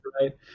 right